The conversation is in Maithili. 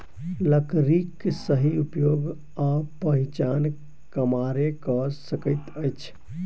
लकड़ीक सही उपयोग आ पहिचान कमारे क सकैत अछि